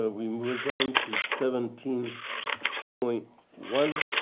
ah we move on to seventeen point one,